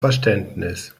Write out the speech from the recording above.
verständnis